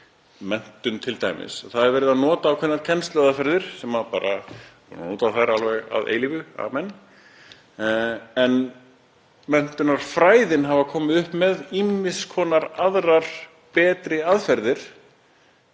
menntun t.d., að verið er að nota ákveðnar kennsluaðferðir, nota þær bara að eilífu amen, en menntunarfræðin hafa komið upp með ýmiss konar aðrar betri aðferðir,